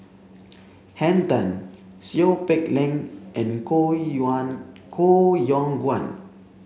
Henn Tan Seow Peck Leng and Koh Yuan Koh Yong Guan